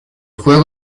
juego